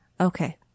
Okay